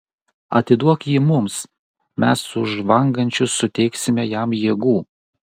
atiduok jį mums mes už žvangančius suteiksime jam jėgų